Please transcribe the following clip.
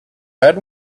had